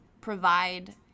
provide